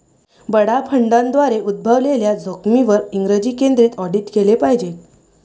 बडा फंडांद्वारे उद्भवलेल्या जोखमींवर इंग्रजी केंद्रित ऑडिट केले पाहिजे